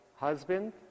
husband